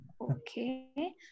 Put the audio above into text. Okay